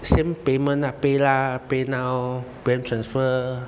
same payment lah PayLah PayNow bank transfer